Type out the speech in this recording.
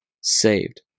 saved